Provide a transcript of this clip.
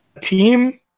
team